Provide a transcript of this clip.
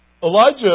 Elijah